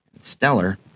Stellar